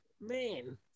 man